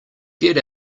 get